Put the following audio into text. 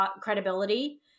credibility